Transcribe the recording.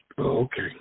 Okay